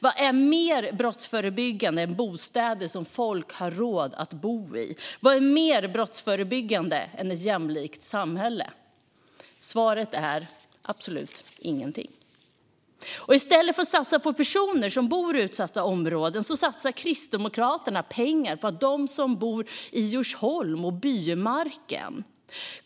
Vad är mer brottsförebyggande än bostäder som folk har råd att bo i? Vad är mer brottsförebyggande än ett jämlikt samhälle? Svaret är: Absolut ingenting. I stället för att satsa på personer som bor i utsatta områden satsar Kristdemokraterna pengar på dem som bor i Djursholm och Bymarken.